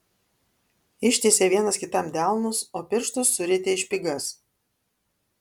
ištiesė vienas kitam delnus o pirštus surietė į špygas